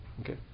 Okay